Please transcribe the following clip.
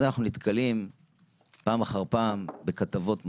ואז אנחנו נתקלים פעם אחר פעם בכתבות מחרידות.